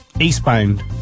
eastbound